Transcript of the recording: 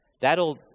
That'll